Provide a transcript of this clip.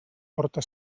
porta